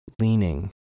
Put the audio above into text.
leaning